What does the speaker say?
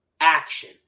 action